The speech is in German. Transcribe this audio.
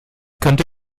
könnte